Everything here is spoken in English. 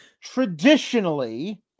Traditionally